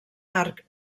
arc